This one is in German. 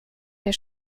der